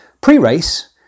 Pre-race